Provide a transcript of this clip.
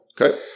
Okay